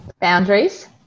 boundaries